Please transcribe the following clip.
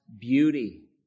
beauty